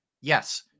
yes